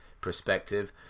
perspective